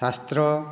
ଶାସ୍ତ୍ର